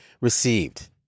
received